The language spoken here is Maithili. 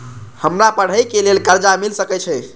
हमरा पढ़े के लेल कर्जा मिल सके छे?